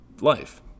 life